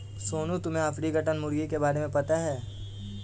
सोनू, तुम्हे ऑर्पिंगटन मुर्गी के बारे में पता है?